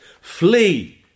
flee